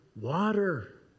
water